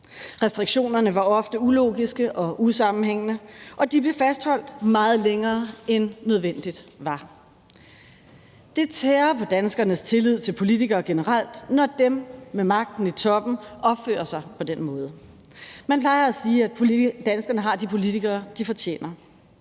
Restriktionerne var ofte ulogiske og usammenhængende, og de blev fastholdt meget længere, end nødvendigt var. Det tærer på danskernes tillid til politikere generelt, når dem med magten og i toppen opfører sig på den måde. Man plejer at sige, at danskerne har de politikere, de fortjener.